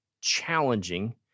challenging